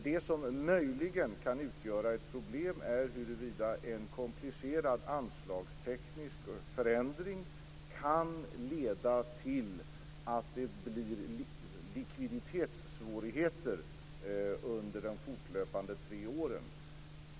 Det som möjligen kan utgöra ett problem är huruvida en komplicerad anslagsteknisk förändring kan leda till likviditetssvårigheter under de fortlöpande tre åren.